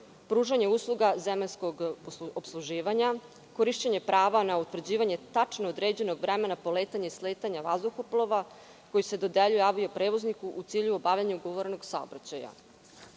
pružanje usluga zemaljskog opsluživanja, korišćenje prava na utvrđivanje tačno određenog vremena poletanja i sletanja vazduhoplova koji se dodeljuje avio-prevozniku u cilju obavljanja ugovorenog saobraćaja. Značaj